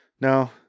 no